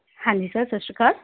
ਹਾਂਜੀ ਸਰ ਸਤਿ ਸ਼੍ਰੀ ਅਕਾਲ